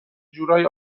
جورایی